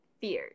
fears